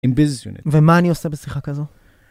ומה אני עושה בשיחה כזו?